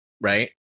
Right